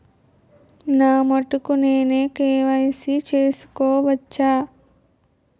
నా మటుకు నేనే కే.వై.సీ చేసుకోవచ్చా?